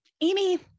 Amy